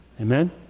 Amen